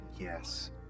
Yes